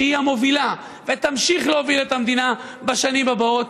שהיא המובילה ותמשיך להוביל את המדינה בשנים הבאות,